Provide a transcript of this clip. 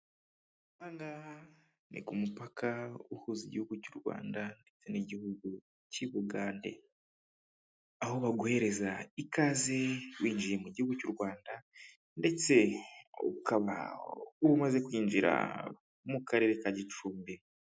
Aha ngaha ni ku mupaka uhuza igihugu cy'u Rwanda ndetse n'igihugu cy'i Bugande aho baguhereza ikaze winjiye mu gihugu cy'u Rwanda ndetse ukaba umaze kwinjira mu karere ka Gicumbi.